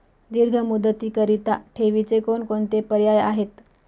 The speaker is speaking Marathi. दीर्घ मुदतीकरीता ठेवीचे कोणकोणते पर्याय आहेत?